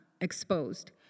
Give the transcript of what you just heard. exposed